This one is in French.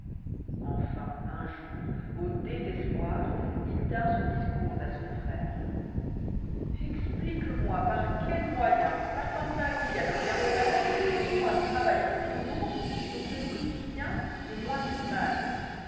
enfin un jour au désespoir il tint ce discours à son frère livre u srg explique-moi par quel moyen passant ta vie àne rienfaire moi travaillant toujours on te nourrit si bien v q et moi si mal